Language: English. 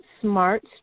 smart